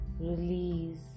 release